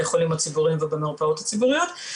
החולים הציבוריים ובמרפאות הציבוריות,